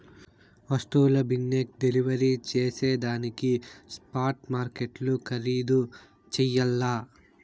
వస్తువుల బిన్నే డెలివరీ జేసేదానికి స్పాట్ మార్కెట్లు ఖరీధు చెయ్యల్ల